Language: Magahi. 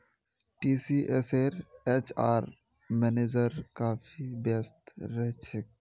टीसीएसेर एचआर मैनेजर काफी व्यस्त रह छेक